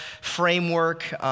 framework